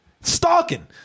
Stalking